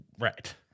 right